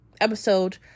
episode